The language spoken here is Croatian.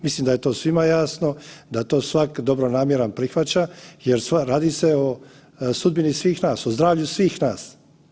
Mislim da je to svima jasno, da to svak dobronamjeran prihvaća jer radi se o sudbini svih nas, o zdravlju svih nas.